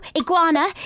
Iguana